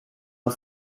are